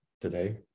today